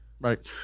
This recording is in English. right